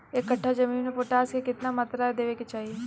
एक कट्ठा जमीन में पोटास के केतना मात्रा देवे के चाही?